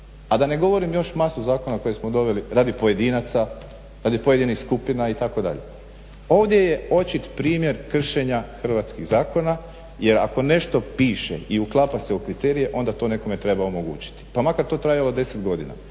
A da ne govorim još masu zakona koje smo doveli radi pojedinaca, radi pojedinih skupina itd. Ovdje je očit primjer kršenja hrvatskih zakona jer ako nešto piše i uklapa se u kriterije onda to nekome treba omogućiti pa makar to trajalo deset godina